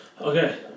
okay